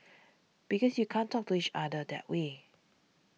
because you can't talk to each other that way